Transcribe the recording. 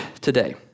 today